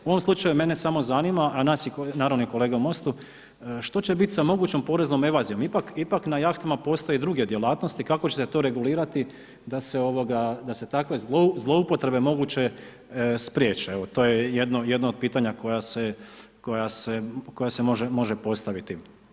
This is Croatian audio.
U ovom slučaju mene samo zanima, a naravno i kolege u Mostu, što će bit sa mogućom poreznom? ... ipak na jahtama postoje druge djelatnosti kako će se to regulirati da se takve zloupotrebe moguće spriječe, evo to je jedno od pitanja koja se može postaviti.